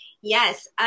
Yes